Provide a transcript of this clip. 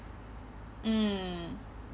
mm